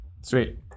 Sweet